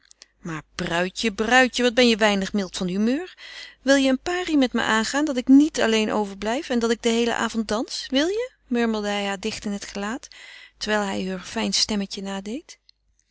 maar bruidje bruidje wat ben je weinig mild van humeur wil je een pari met me aangaan dat ik niet alleen overblijf en dat ik den heelen avond dans wil je murmelde hij haar dicht in het gelaat terwijl hij heur fijn stemmetje nadeed